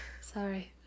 Sorry